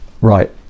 right